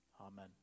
Amen